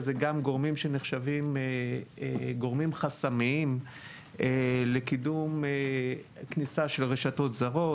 זה גם גורמים שנחשבים גורמים חסמיים לקידום כניסה של רשתות זרות.